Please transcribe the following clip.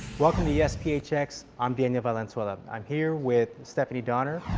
welcome to yes phx. i'm daniel valenzuela. i'm here with stephanie donner.